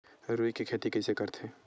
रुई के खेती कइसे करथे?